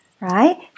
right